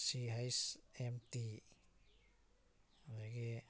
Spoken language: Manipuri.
ꯁꯤ ꯍꯩꯁ ꯑꯦꯝ ꯇꯤ ꯑꯗꯨꯗꯒꯤ